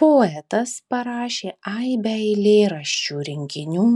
poetas parašė aibę eilėraščių rinkinių